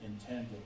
intended